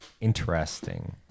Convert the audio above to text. interesting